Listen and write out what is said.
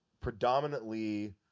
predominantly